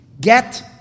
get